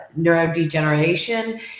neurodegeneration